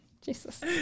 Jesus